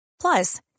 Plus